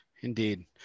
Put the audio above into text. Indeed